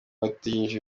utegerejweho